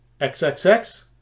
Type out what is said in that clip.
XXX